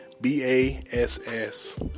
B-A-S-S